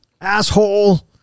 asshole